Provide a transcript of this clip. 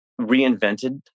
reinvented